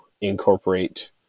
incorporate